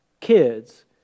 kids